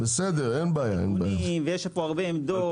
יש כאן הרבה עמדות.